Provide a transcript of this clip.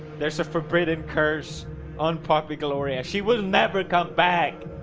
there's a forbidden curse on poppy gloria. she will never come back.